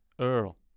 earl